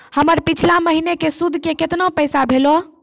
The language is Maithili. हमर पिछला महीने के सुध के केतना पैसा भेलौ?